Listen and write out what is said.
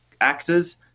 actors